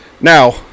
Now